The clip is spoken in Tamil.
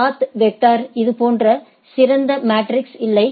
பாத் வெக்டரில் இதுபோன்ற சிறந்த மாட்ரிஸ்இல்லை